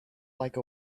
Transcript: like